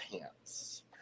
pants